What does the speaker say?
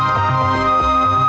um